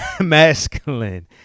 masculine